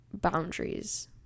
boundaries